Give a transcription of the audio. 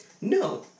No